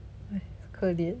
!hais! 可怜